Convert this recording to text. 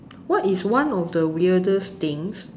what is one of the weirdest thing